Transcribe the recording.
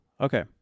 Okay